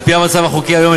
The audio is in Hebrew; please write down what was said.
על-פי המצב החוקי היום,